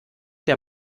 der